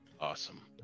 Awesome